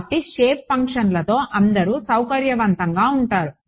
కాబట్టి షేప్ ఫంక్షన్లతో అందరూ సౌకర్యవంతంగా ఉంటారు